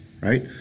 right